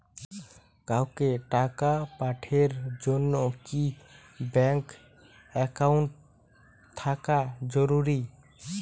কাউকে টাকা পাঠের জন্যে কি ব্যাংক একাউন্ট থাকা জরুরি?